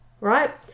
right